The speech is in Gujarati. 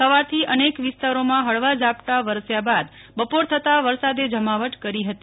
સવારથી અનેક વિસ્તારોમાં ફળવા ઝાપટા વરસ્યા બાદ બપોર થતા વરસાદે જમાવટ કરી હતી